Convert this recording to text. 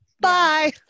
bye